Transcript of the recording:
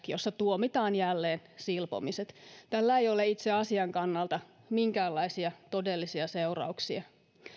jossa tuomitaan jälleen silpomiset tällä ei ole itse asian kannalta minkäänlaisia todellisia seurauksia